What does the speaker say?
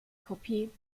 kopie